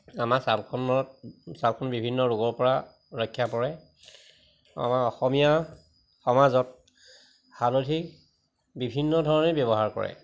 আমাৰ ছালখনত ছালখন বিভিন্ন ৰোগৰ পৰা ৰক্ষা কৰে আমাৰ অসমীয়া সমাজত হালধি বিভিন্ন ধৰণে ব্যৱহাৰ কৰে